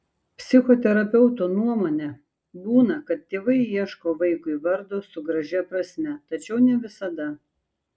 psichoterapeuto nuomone būna kad tėvai ieško vaikui vardo su gražia prasme tačiau ne visada